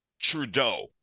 Trudeau